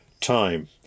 time